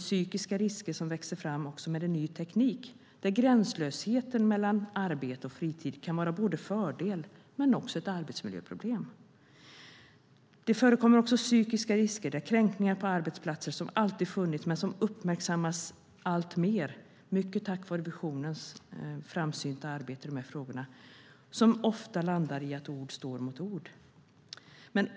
Psykiska risker växer också fram med ny teknik där gränslösheten mellan arbete och fritid kan vara en fördel men också ett arbetsmiljöproblem. Det förekommer också psykiska risker med kränkningar på arbetsplatser, som alltid funnits men som uppmärksammas alltmer, mycket tack vare det framsynta arbetet i de här frågorna. Det landar ofta i att ord står mot ord.